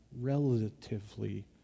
relatively